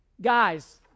Guys